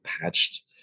patched